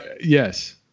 Yes